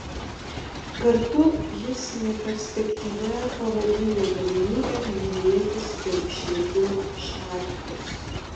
kartu jis neperspektyvia pavadino galimybę bylinėtis dėl išmetimo iš partijos